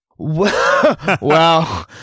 Wow